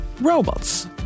robots